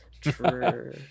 True